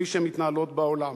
כפי שמתנהלות בעולם.